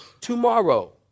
tomorrow